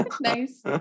Nice